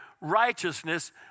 righteousness